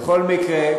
בכל מקרה,